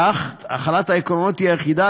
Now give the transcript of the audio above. כך החלת העקרונות תהיה אחידה,